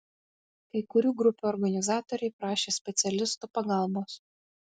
kai kurių grupių organizatoriai prašė specialistų pagalbos